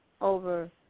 over